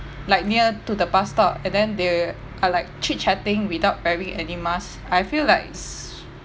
like near to the bus stop and then they are like chit chatting without wearing any mask I feel like s~